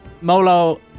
Molo